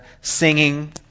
singing